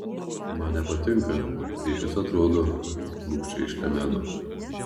man nepatinka kaip jis atrodo bugščiai išlemeno